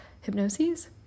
hypnosis